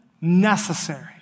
necessary